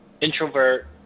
introvert